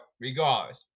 regards